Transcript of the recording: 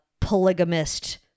polygamist